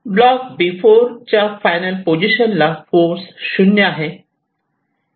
block B4 च्या final पोझिशनला force 0 आहे